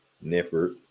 Nipper